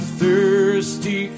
thirsty